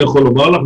אני יכול לומר לך,